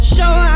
Show